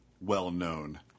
well-known